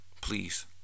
please